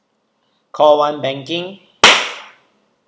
call one banking